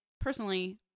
personally